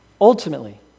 Ultimately